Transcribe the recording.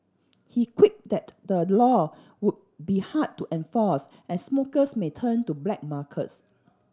he quipped that the law would be hard to enforce and smokers may turn to black markers